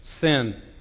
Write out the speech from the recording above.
sin